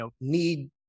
need